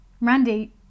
Randy